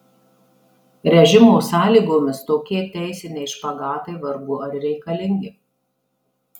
režimo sąlygomis tokie teisiniai špagatai vargu ar reikalingi